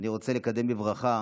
אני רוצה לקדם בברכה